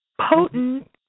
potent